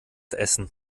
essen